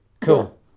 Cool